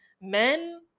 men